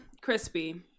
Crispy